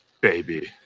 baby